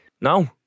No